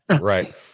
Right